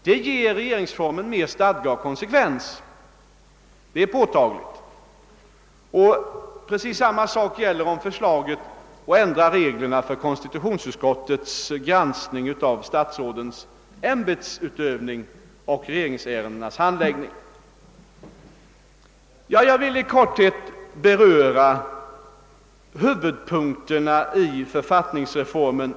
Det är påtagligt att detta ger reformen mer stadga och konsekvens, och precis samma sak gäller om förslaget att ändra reglerna för konstitutionsutskottets granskning av statsrådens äm Jag vill i korthet beröra huvudpunkterna i författningsreformen.